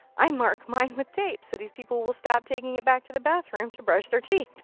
i mark mine with tape so these people will stop taking it back to the bathroom to brush their teeth.